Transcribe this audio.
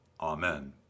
Amen